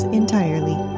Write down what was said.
entirely